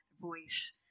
voice